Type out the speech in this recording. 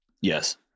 Yes